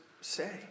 say